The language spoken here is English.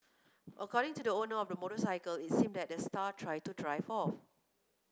according to the owner of the motorcycle it seemed that the star tried to drive off